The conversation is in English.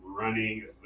running